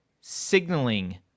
signaling